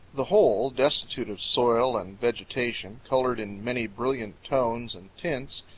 the whole destitute of soil and vegetation, colored in many brilliant tones and tints,